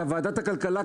אתה ועדת הכלכלה,